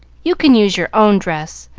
you can use your own dress.